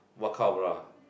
what kind of bra